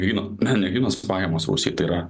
gryno na ne grynos pajamos rusijai tai yra